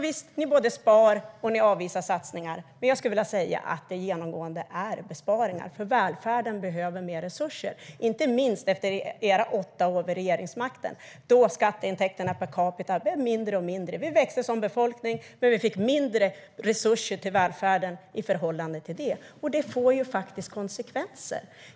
Visst, ni både sparar och avvisar satsningar. Jag påstår dock att det genomgående är besparingar, för välfärden behöver mer resurser. Inte minst gäller det efter era åtta år vid regeringsmakten då skatteintäkterna per capita blev mindre och mindre. Befolkningen växte, men vi fick mindre resurser till välfärden i förhållande till det. Detta får konsekvenser.